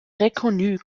reconnue